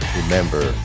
remember